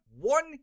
one